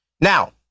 Now